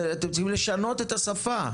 אתם צריכים לשנות את השפה.